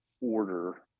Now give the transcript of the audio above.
order